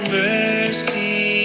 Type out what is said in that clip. mercy